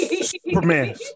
Superman